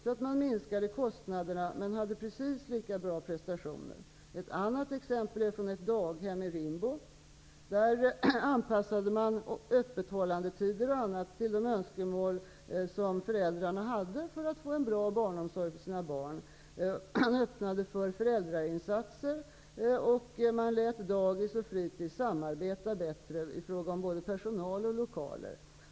Kostnaderna minskades, men arbetsprestationerna var minst lika bra. Ett annat exempel är från ett daghem i Rimbo. Där anpassade man öppethållandetider osv. till de önskemål som föräldrarna hade för att få en bra omsorg för sina barn. Man öppnade för föräldrainsatser, och man lät dagis och fritids samarbeta bättre i fråga om både personal och lokaler.